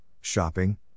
shopping